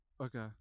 okay